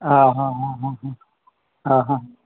હા હા હા હા હા હા હા